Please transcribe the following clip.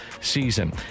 season